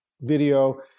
video